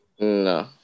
No